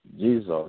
Jesus